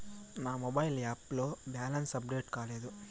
నా mobile app లో balance update కాలేదు